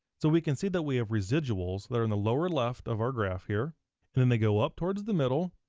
so we can see that we have residuals that are in the lower left of our graph here and then they go up towards the middle,